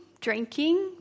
Drinking